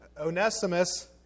Onesimus